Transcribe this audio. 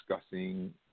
discussing